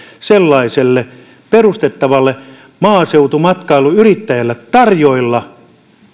sellaiselle perustettavalle maaseutumatkailuyritykselle tarjoilla